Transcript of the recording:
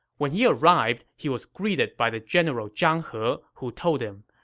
when he arrived, he was greeted by the general zhang he, who told him,